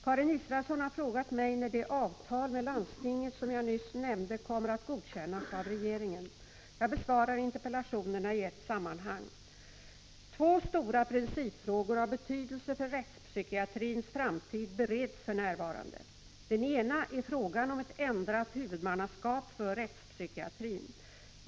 Karin Israelsson har frågat mig när det avtal med landstinget som jag nyss nämnde kommer att godkännas av regeringen. Jag besvarar interpellationerna i ett sammanhang. Två stora principfrågor av betydelse för rättspsykiatrins framtid bereds för närvarande. Den ena är frågan om ett ändrat huvudmannaskap för rättspsykiatrin.